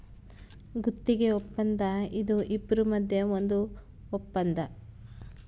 ಗುತ್ತಿಗೆ ವಪ್ಪಂದ ಇದು ಇಬ್ರು ಮದ್ಯ ಒಂದ್ ವಪ್ಪಂದ